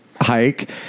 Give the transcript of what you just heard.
hike